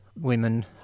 women